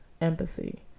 empathy